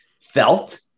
felt